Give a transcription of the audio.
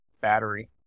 battery